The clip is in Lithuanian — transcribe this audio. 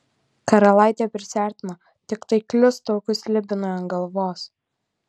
karalaitė prisiartino tiktai kliust taukus slibinui ant galvos